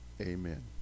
Amen